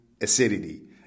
acidity